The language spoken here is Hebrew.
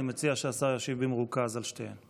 אני מציע שהשר ישיב במרוכז על שתיהן.